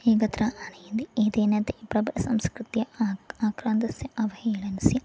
एकत्र आनयन्ति एतेन ते प्रभावः संस्कृत्य आक् आक्रान्तस्य अवहेलनस्य